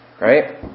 right